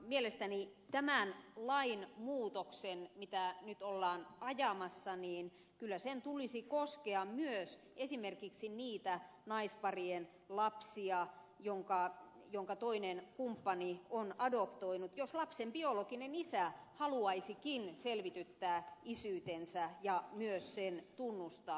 mielestäni tämän lainmuutoksen mitä nyt ollaan ajamassa tulisi kyllä koskea myös esimerkiksi niitä naisparien lapsia jotka toinen kumppani on adoptoinut jos lapsen biologinen isä haluaisikin selvityttää isyytensä ja myös sen tunnustaa